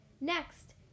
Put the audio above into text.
Next